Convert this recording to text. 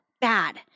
bad